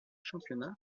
championnat